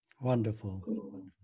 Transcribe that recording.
Wonderful